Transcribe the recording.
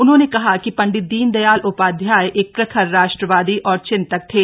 उन्होंने कहा कि पंडित दीनदयाल उपाध्याय एक प्रखर राष्ट्रवादी और चिंतक थे